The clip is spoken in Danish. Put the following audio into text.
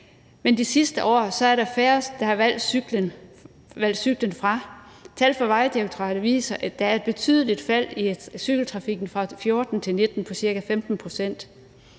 men de sidste år er der flere af os, der har valgt cyklen fra. Tal fra Vejdirektoratet viser, at der er et betydeligt fald i cykeltrafikken fra 2014 til 2019 på ca. 15 pct.